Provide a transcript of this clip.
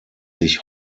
sich